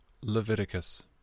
Leviticus